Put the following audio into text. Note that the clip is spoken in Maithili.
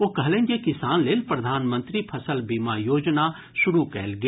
ओ कहलनि जे किसान लेल प्रधानमंत्री फसल बीमा योजना शुरू कयल गेल